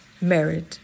married